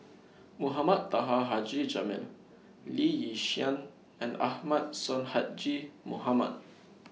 Mohamed Taha Haji Jamil Lee Yi Shyan and Ahmad Sonhadji Mohamad